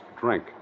drink